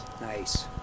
Nice